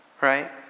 right